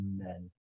Amen